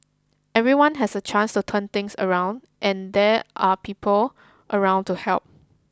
everyone has a chance to turn things around and there are people around to help